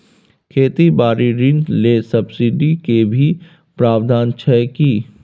खेती बारी ऋण ले सब्सिडी के भी प्रावधान छै कि?